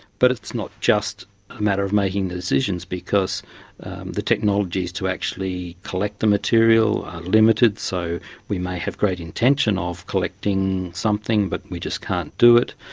but it's not just a matter of making the decisions because the technologies to actually collect the material are limited, so we may have great intention of collecting something but we just can't do it.